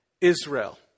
Israel